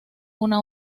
una